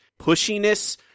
pushiness